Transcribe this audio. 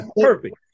Perfect